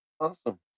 Awesome